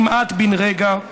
כמעט בן רגע.